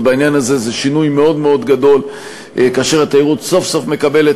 ובעניין הזה זה שינוי מאוד מאוד גדול כאשר התיירות סוף-סוף מקבלת